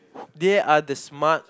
they are the smart